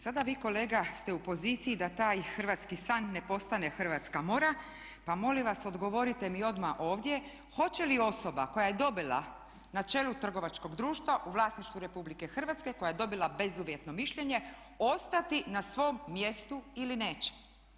Sada vi kolega ste u poziciji da taj hrvatski san ne postane hrvatska mora pa molim vas odgovorite mi odmah ovdje hoće li osoba koja je dobila ne čelu trgovačkog društva u vlasništvu RH koja je dobila bezuvjetno mišljenje ostati na svom mjestu ili neće?